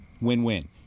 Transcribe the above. Win-win